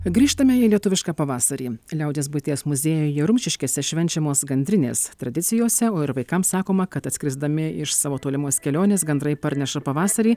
grįžtame į lietuvišką pavasarį liaudies buities muziejuje rumšiškėse švenčiamos gandrinės tradicijose o ir vaikams sakoma kad skrisdami iš savo tolimos kelionės gandrai parneša pavasarį